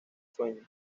sueño